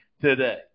today